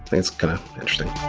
it's kind of interesting.